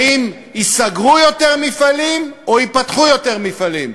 האם ייסגרו יותר מפעלים או ייפתחו יותר מפעלים?